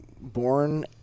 born